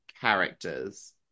characters